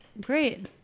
Great